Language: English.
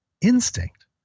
instinct